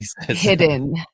hidden